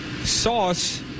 sauce